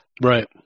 Right